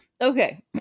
Okay